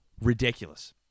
ridiculous